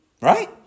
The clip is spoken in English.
Right